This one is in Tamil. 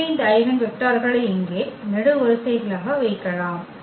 எனவே இந்த ஐகென் வெக்டர்களை இங்கே நெடுவரிசைகளாக வைக்கலாம்